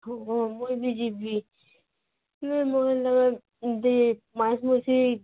ହଁ ହଁ ମୁଁ ଏଇନେ ଯିବି ମୋ ଲାଗି ଦେ ମାଂସ୍ ମଛ୍ଲି